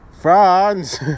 France